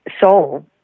soul